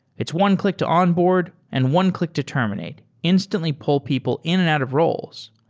it's one click to onboard and one click to terminate. instantly pull people in and out of roles.